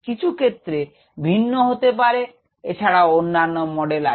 কিছু ক্ষেত্রে ভিন্ন হতে পারে এছাড়া অন্যান্য মডেল আছে